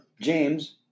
James